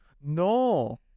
No